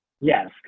Yes